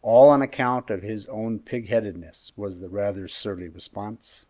all on account of his own pig-headedness, was the rather surly response.